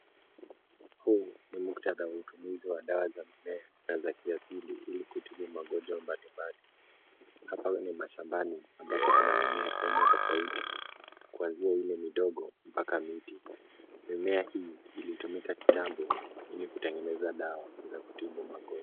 Huu ni muktadha wa utumizi wa dawa za mimea na za kiasili ili kutibu magonjwa mbali mbali. Hapa ni mashambani ambapo kuna mimea aina tofauti, kuanzia ile midogo mpaka miti. Mimea hii ilitumika kitambo, ili kutengeneza dawa za kutibu magonjwa.